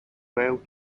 rail